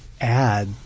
add